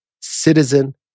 citizen